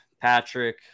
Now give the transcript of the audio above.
Patrick